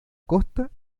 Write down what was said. costa